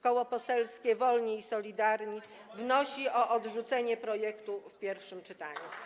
Koło Poselskie Wolni i Solidarni wnosi o odrzucenie projektu w pierwszym czytaniu.